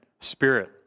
spirit